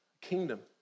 kingdom